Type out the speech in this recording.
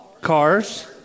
cars